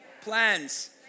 plans